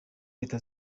leta